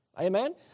Amen